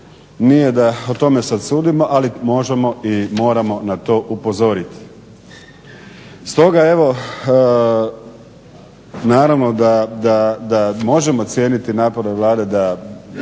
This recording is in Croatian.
Nije da o tome sad sudimo, ali možemo i moramo na to upozoriti. Stoga evo, naravno da možemo cijeniti ove napore Vlade da